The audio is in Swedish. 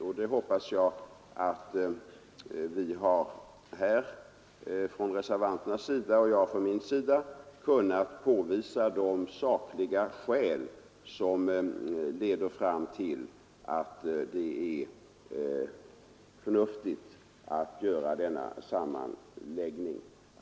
Och jag hoppas att reservanterna och jag har kunnat påvisa de sakliga skäl som leder fram till slutsatsen att det är förnuftigt att göra denna sammanläggning.